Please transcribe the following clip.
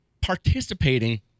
participating